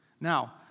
Now